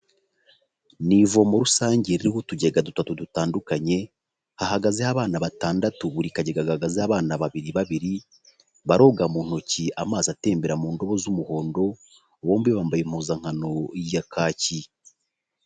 Ni ivomo rusange ririho utugega dutatu dutandukanye, hahagazeho abana batandatu, buri kagega gahagazeho abana babiri babiri, baroga mu ntoki amazi atembera mu ndobo z'umuhondo, bombi bambaye impuzankano ya kacyi.